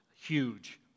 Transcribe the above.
huge